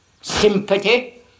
sympathy